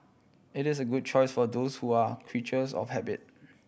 it is a good choice for those who are creatures of habit